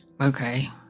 Okay